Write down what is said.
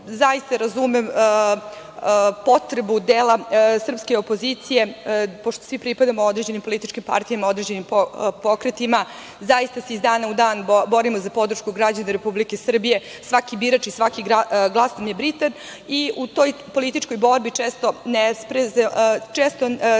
EU.Zaista razumem potrebu dela srpske opozicije, pošto svi pripadamo određenim političkim partijama, određenim pokretima, zaista se iz dana u dan borimo za podršku građana Republike Srbije. Svaki birač i svaki glas nam je bitan i u toj političkoj borbi često se služimo